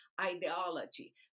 ideology